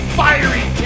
fiery